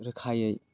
रोखायै